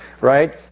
right